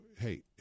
hey